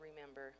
remember